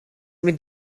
mynd